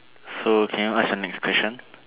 so can you ask the next question